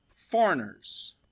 Foreigners